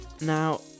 now